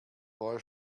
boy